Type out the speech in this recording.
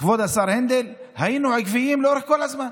כבוד השר הנדל, לפחות היינו עקביים לאורך כל הזמן,